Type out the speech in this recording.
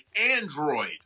android